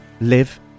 live